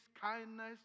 kindness